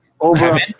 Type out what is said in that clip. Over